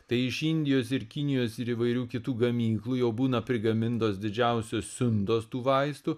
tai iš indijos ir kinijos ir įvairių kitų gamyklų jau būna prigamintos didžiausios siuntos tų vaistų